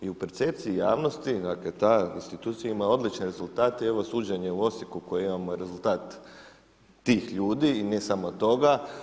I u percepciji javnosti, dakle, ta institucija ima odlične rezultate, i evo, suđenje u Osijeku, koje imamo i rezultat tih ljudi i ne samo toga.